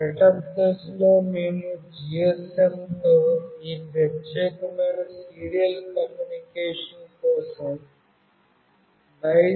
setup దశలో మేము GSM తో ఈ ప్రత్యేకమైన సీరియల్ కమ్యూనికేషన్ కోసం mySerial